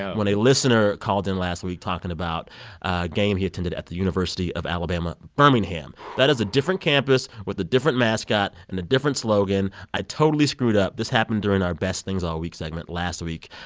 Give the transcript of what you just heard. yeah when a listener called in last week talking about a game he attended at the university of alabama, birmingham. that is a different campus with a different mascot and a different slogan. i totally screwed up. this happened during our best things all week segment last week.